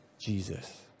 Jesus